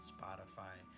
Spotify